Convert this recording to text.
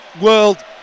World